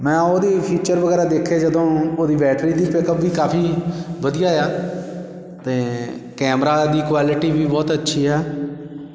ਮੈਂ ਉਹਦੇ ਫੀਚਰ ਵਗੈਰਾ ਦੇਖੇ ਜਦੋਂ ਉਹਦੀ ਬੈਟਰੀ ਦੀ ਬੈਕਅੱਪ ਦੀ ਕਾਫ਼ੀ ਵਧੀਆ ਆ ਅਤੇ ਕੈਮਰਾ ਦੀ ਕੁਆਲਿਟੀ ਵੀ ਬਹੁਤ ਅੱਛੀ ਆ